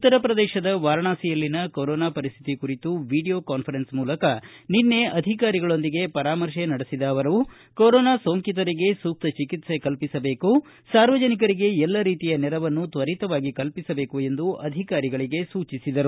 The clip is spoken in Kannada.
ಉತ್ತರ ಪ್ರದೇಶದ ವಾರಾಣಸಿಯಲ್ಲಿನ ಕೊರೋನಾ ಪರಿಸ್ಟಿತಿ ಕುರಿತು ವೀಡಿಯೋ ಕಾನ್ಫರೆನ್ಸ್ ಮೂಲಕ ಅಧಿಕಾರಿಗಳೊಂದಿಗೆ ಪರಾಮರ್ಶೆ ನಡೆಸಿದ ಅವರು ಕೊರೋನಾ ಸೋಂಕಿತರಿಗೆ ಸೂಕ್ತ ಚಿಕಿತ್ಸೆ ಕಲ್ಲಿಸಬೇಕು ಸಾರ್ವಜನಿಕರಿಗೆ ಎಲ್ಲ ರೀತಿಯ ನೆರವನ್ನು ತ್ವರಿತವಾಗಿ ಕಲ್ಪಿಸಬೇಕು ಎಂದು ಅಧಿಕಾರಿಗಳಿಗೆ ಸೂಚಿಸಿದರು